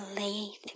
late